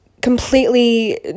completely